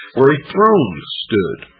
where a throne stood,